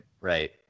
Right